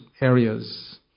areas